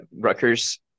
Rutgers